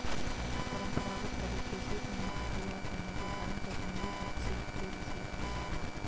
परम्परागत तरीके से ऊन को तैयार करने के कारण कश्मीरी हस्तशिल्प की विशेष पहचान है